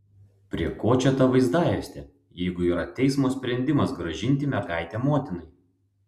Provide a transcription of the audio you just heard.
prie ko čia ta vaizdajuostė jeigu yra teismo sprendimas grąžinti mergaitę motinai